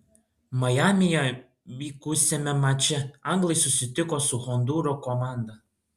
majamyje vykusiame mače anglai susitiko su hondūro komanda